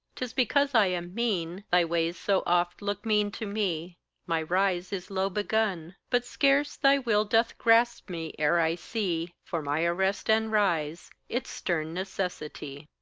tis because i am mean, thy ways so oft look mean to me my rise is low begun but scarce thy will doth grasp me, ere i see, for my arrest and rise, its stern necessity.